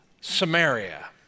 Samaria